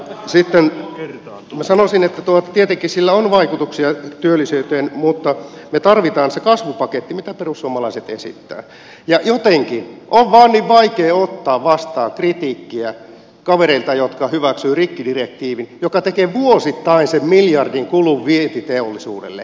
sitten sanoisin että tietenkin sillä on vaikutuksia työllisyyteen mutta me tarvitsemme sen kasvupaketin mitä perussuomalaiset esittää ja jotenkin on vain niin vaikea ottaa vastaan kritiikkiä kavereilta jotka hyväksyvät rikkidirektiivin joka tekee vuosittain sen miljardin kulun vientiteollisuudelle